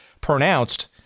pronounced